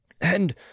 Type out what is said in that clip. And—